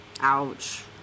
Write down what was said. Ouch